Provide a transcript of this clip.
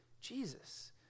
Jesus